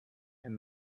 and